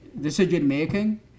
decision-making